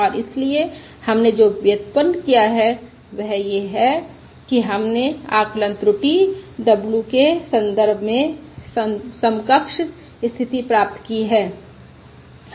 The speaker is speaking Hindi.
और इसलिए हमने जो व्युत्पन्न किया है वह यह है कि हमने आकलन त्रुटि w के संदर्भ में समकक्ष स्थिति प्राप्त की है